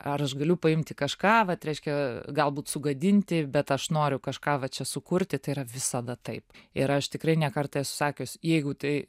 ar aš galiu paimti kažką vat reiškia galbūt sugadinti bet aš noriu kažką va čia sukurti tai yra visada taip ir aš tikrai ne kartą esu sakius jeigu tai